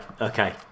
okay